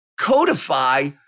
codify